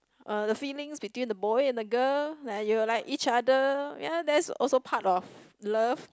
uh the feelings between the boy and the girl like you will like each other ya that's also part of love